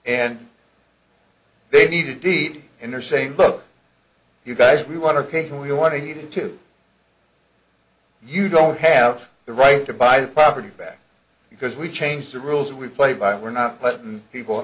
and they need to deed and they're saying look you guys we want our cake and we want to eat it too you don't have the right to buy the property back because we change the rules we play by we're not letting people